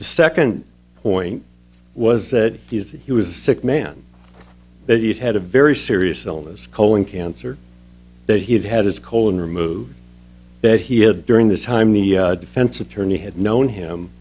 second point was that he was sick man that had a very serious illness colon cancer that he had had his colon removed that he had during the time the defense attorney had known him